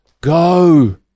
go